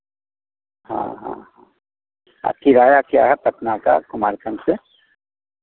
हाँ हाँ हाँ आ किराया क्या है पटना का कुमारखंड से